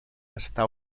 està